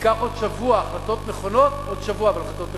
ייקח עוד שבוע, עוד שבוע, אבל החלטות נכונות.